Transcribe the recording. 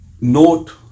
note